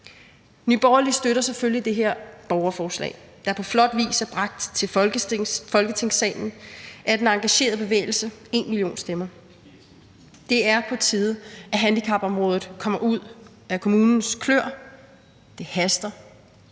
Nye Borgerlige støtter selvfølgelig det her borgerforslag, der på flot vis er bragt til Folketingssalen af den engagerede bevægelse #enmillionstemmer. Det er på tide, at handicapområdet kommer ud af kommunens klør; det haster.